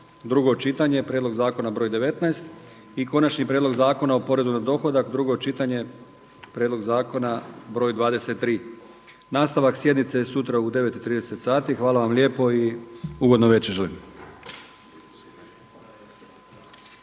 drugo čitanje, P.Z.BR. 19. i konačni prijedlog Zakona o porezu na dohodak, drugo čitanje, P.Z.BR. 23. Nastavak sjednice je sutra u 9,30 sati. Hvala vam lijepo i ugodno veće želim.